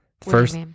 First